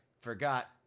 forgot